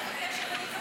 אני מבקשת,